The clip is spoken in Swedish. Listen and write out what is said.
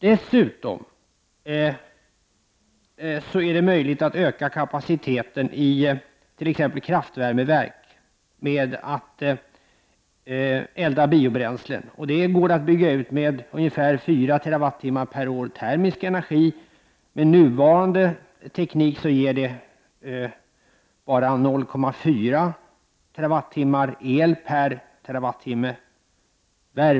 Dessutom är det möjligt att öka kapaciteten i t.ex. kraftvärmeverk genom att elda med biobränslen. Det går att bygga ut med ungefär 4 TWh per år termisk energi. Med nuvarande teknik ger det bara 0,4 TWh el per TWh värme.